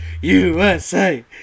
USA